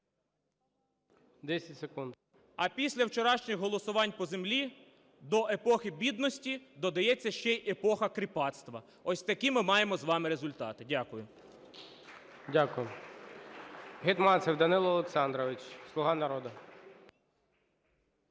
І.І. А після вчорашніх голосувань по землі до епохи бідності додається ще і епоха кріпацтва. Ось такі ми маємо з вами результати. Дякую. ГОЛОВУЮЧИЙ. Дякую. Гетманцев Данило Олександрович, "Слуга народу".